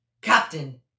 Captain